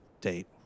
date